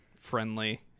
friendly